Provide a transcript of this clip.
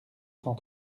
cent